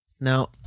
Now